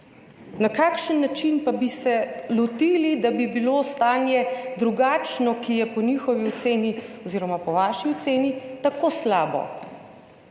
na kakšen način pa bi se oni lotili, da bi bilo stanje drugačno, ker je po njihovi oceni oziroma po vaši oceni tako slabo.